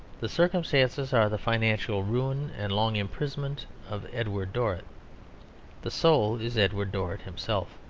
the circumstances are the financial ruin and long imprisonment of edward dorrit the soul is edward dorrit himself.